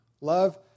Love